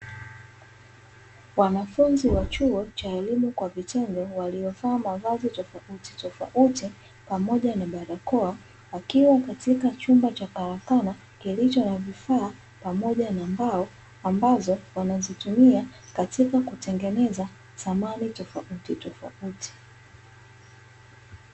Wanafunzi wa chuo cha elimu kwa vitendo waliovaa mavazi tofautitofauti pamoja na barakoa, wakiwa katika chumba cha karakana kilicho na vifaa pamoja na mbao ambazo wanazitumia katika kutengeneza samani tofautitofauti.